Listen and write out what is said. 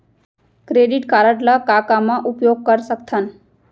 Credit card ला का का मा उपयोग कर सकथन?